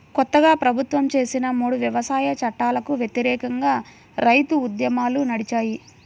కొత్తగా ప్రభుత్వం చేసిన మూడు వ్యవసాయ చట్టాలకు వ్యతిరేకంగా రైతు ఉద్యమాలు నడిచాయి